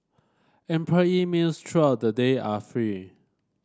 employee meals throughout the day are free